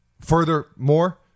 Furthermore